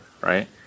right